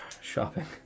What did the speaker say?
shopping